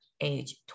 age